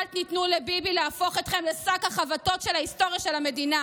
אל תיתנו לביבי להפוך אתכם לשק החבטות של ההיסטוריה של המדינה.